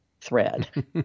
thread